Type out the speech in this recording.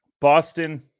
Boston